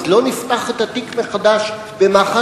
אז לא נפתח את התיק מחדש במח"ש?